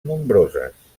nombroses